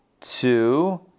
two